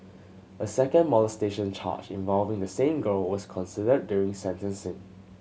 a second molestation charge involving the same girl was considered during sentencing